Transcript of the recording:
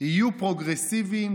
יהיו פרוגרסיביים,